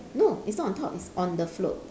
no it's not on top it's on the float